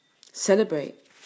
celebrate